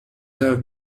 have